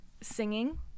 singing